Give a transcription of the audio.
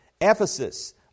Ephesus